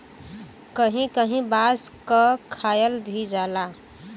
कहीं कहीं बांस क खायल भी जाला